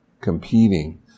competing